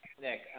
Nick